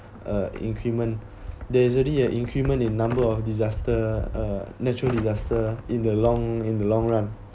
uh increment there easily an increment in number of disaster uh natural disaster in the long in the long run